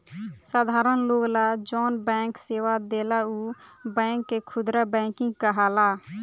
साधारण लोग ला जौन बैंक सेवा देला उ बैंक के खुदरा बैंकिंग कहाला